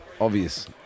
obvious